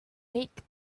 make